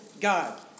God